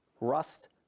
rust